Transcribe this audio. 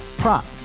Prop